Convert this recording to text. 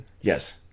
Yes